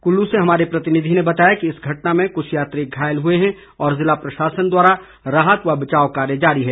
कुल्लू से हमारे प्रतिनिधि ने बताया कि इस घटना में कुछ यात्री घायल हुए हैं और जिला प्रशासन द्वारा राहत व बचाव कार्य जारी है